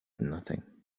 nothing